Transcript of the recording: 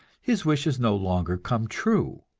his wishes no longer come true.